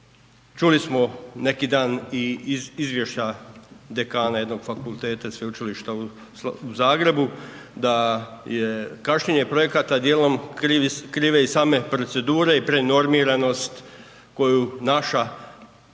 čuli smo, neki dan i iz izvještaja dekana jednog fakulteta Sveučilišta u Zagrebu, da je kašnjenje projekata dijelom krive i same procedure i prenormiranost koju naša